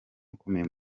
ukomeye